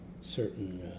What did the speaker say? certain